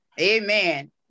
Amen